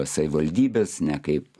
savivaldybės ne kaip